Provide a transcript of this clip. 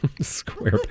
square